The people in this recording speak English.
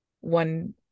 one